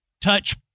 touch